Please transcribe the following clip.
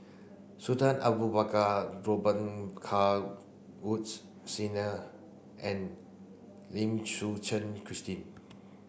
Sultan Abu Bakar Robet Carr Woods Senior and Lim Suchen Christine